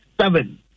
seven